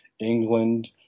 England